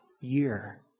year